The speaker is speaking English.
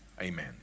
amen